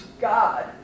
God